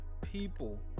people